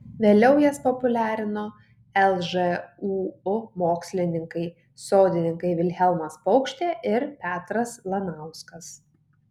vėliau jas populiarino lžūu mokslininkai sodininkai vilhelmas paukštė ir petras lanauskas